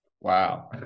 Wow